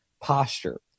posture